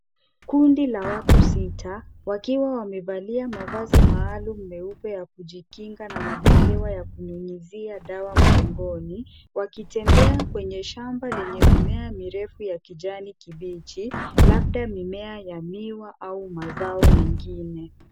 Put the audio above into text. Kundi la watu sita, wakiwa wamevalia mavazi maalum meupe ya kujikinga na mabehewa ya kunyunyizia dawa mgongoni, wakitembea kwenye shamba lenye mimea mirefu ya kijani kibichi, labda mimea ya miwa au mazao mengine.